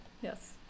Yes